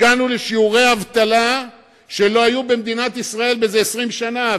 הגענו לשיעורי אבטלה שלא היו במדינת ישראל זה 20 שנה,